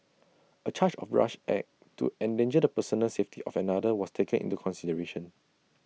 A charge of rash act to endanger the personal safety of another was taken into consideration